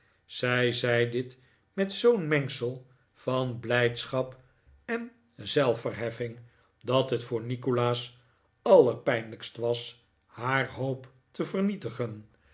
zij zei dit met zoo'n mengsel van blijdschap en zelfverheffing dat het voor nikolaas allerpijnlijkst was haar hoop te vernietigen